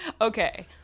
Okay